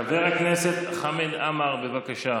חבר הכנסת חמד עמאר, בבקשה.